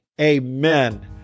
amen